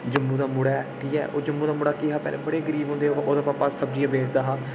जम्मू दा मुड़ा ऐ ठीक ऐ ओह् जम्मू दा मुड़ा ऐ केह् ऐ ओह् पैह्लें बड़े गरीब होंदे हे ओह्दा भापा सब्जी बेचदा हा